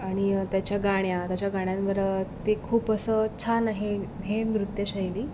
आणि त्याच्या गाण्या त्याच्या गाण्यांवर ते खूप असं छान आहे हे नृत्यशैली